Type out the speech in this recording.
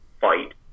fight